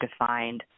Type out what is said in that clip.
defined